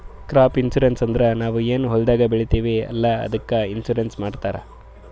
crop insurance ಅಂದುರ್ ನಾವ್ ಏನ್ ಹೊಲ್ದಾಗ್ ಬೆಳಿತೀವಿ ಅಲ್ಲಾ ಅದ್ದುಕ್ ಇನ್ಸೂರೆನ್ಸ್ ಮಾಡ್ತಾರ್